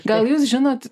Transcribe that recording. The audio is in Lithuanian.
gal jūs žinot